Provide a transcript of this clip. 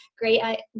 great